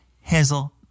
Hazel